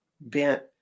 bent